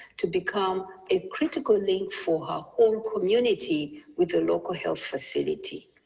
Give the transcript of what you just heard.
to become a critical link for her own community with the local health facility.